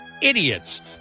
idiots